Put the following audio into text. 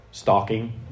stalking